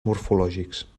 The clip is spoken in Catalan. morfològics